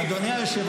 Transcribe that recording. אבי האומה יגן עלינו.